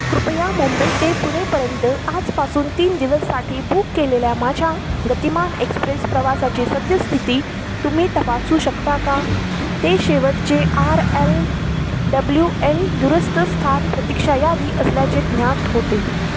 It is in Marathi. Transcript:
कृपया मुंबई ते पुणेपर्यंत आजपासून तीन दिवससाठी बुक केलेल्या माझ्या गतिमान एक्सप्रेस प्रवासाची सद्यस्थिती तुम्ही तपासू शकता का ते शेवटचे आर एल डब्ल्यू एल दुरुस्त स्थान प्रतीक्षा यादी असल्याचे ज्ञात होते